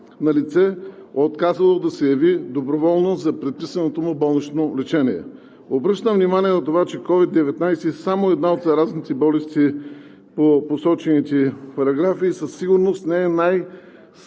на лице, отказало да се яви доброволно за предписаното му болнично лечение. Обръщам внимание на това, че COVID-19 е само една от заразните болести по посочените параграфи, със сигурност не е най-страшната